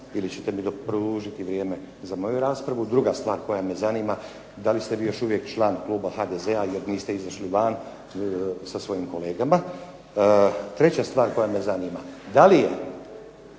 ili ćete mi produžiti vrijeme za moju raspravu. Druga stvar koja me zanima, da li ste vi još uvijek član kluba HDZ-a jer niste izašli van sa svojim kolegama. Treća stvar koja me zanima, da li je